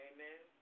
Amen